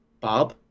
Bob